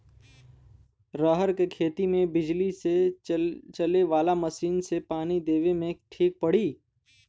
रहर के खेती मे बिजली से चले वाला मसीन से पानी देवे मे ठीक पड़ी?